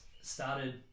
started